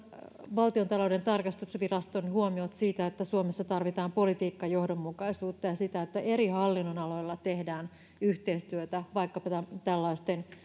valtiontalouden tarkastusviraston huomiot siitä että suomessa tarvitaan politiikkajohdonmukaisuutta ja sitä että eri hallinnonaloilla tehdään yhteistyötä vaikkapa